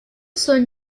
son